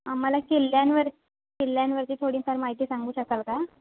आम्हाला किल्ल्यांवर किल्ल्यांवरती थोडीफार माहिती सांगू शकाल का